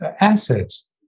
assets